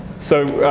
so,